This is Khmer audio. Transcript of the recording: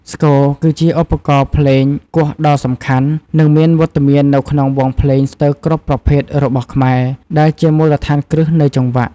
ស្គរ គឺជាឧបករណ៍ភ្លេងគោះដ៏សំខាន់ និងមានវត្តមាននៅក្នុងវង់ភ្លេងស្ទើរគ្រប់ប្រភេទរបស់ខ្មែរ ដែលជាមូលដ្ឋានគ្រឹះនៃចង្វាក់។